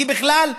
כי בכלל,